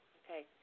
okay